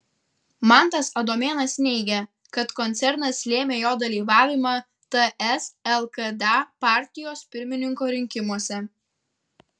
mantas adomėnas neigia kad koncernas lėmė jo dalyvavimą ts lkd partijos pirmininko rinkimuose